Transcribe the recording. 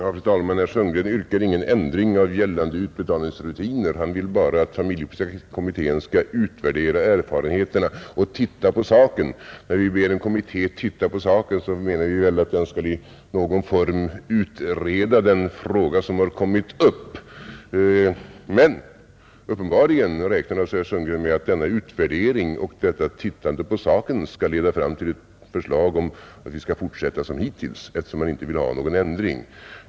Fru talman! Herr Sundgren yrkade ingen ändring av gällande utbetalningsrutiner. Han vill bara att familjepolitiska kommittén skall utvärdera erfarenheterna och ”titta på saken”. När vi ber en kommitté att titta på saken menar vi väl att den i någon form skall utreda den fråga som har kommit upp. Men uppenbarligen räknar herr Sundgren med att denna utvärdering och detta tittande på saken skall leda fram till ett förslag om att vi skall fortsätta som hittills, eftersom han inte vill ha någon ändring.